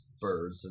birds